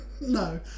no